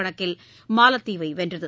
கணக்கில் மாலத்தீவை வென்றது